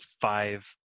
five